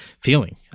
feeling